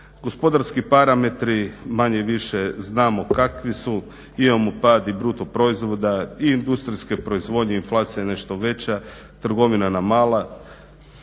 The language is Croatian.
Gospodarski parametri manje-više znamo kakvi su, imamo pad i bruto proizvoda, i industrijske proizvodnje, inflacija je nešto veća, trgovina na malo.